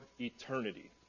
eternity